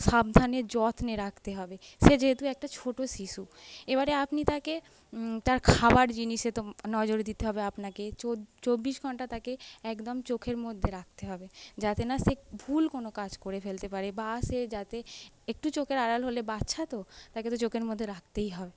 সাবধানে যত্নে রাখতে হবে সে যেহেতু একটা ছোট শিশু এবারে আপনি তাকে তার খাবার জিনিসে তো নজর দিতে হবে আপনাকে চব্বিশ ঘন্টা তাকে একদম চোখের মধ্যে রাখতে হবে যাতে না সে ভুল কোনও কাজ করে ফেলতে পারে বা সে যাতে একটু চোখের আড়াল হলে বাচ্চা তো তাকে তো চোখের মধ্যে রাখতেই হবে